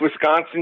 Wisconsin